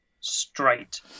straight